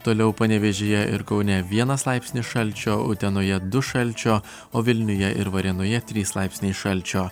toliau panevėžyje ir kaune vienas laipsnis šalčio utenoje du šalčio o vilniuje ir varėnoje trys laipsniai šalčio